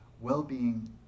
Well-being